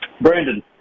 Brandon